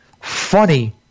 funny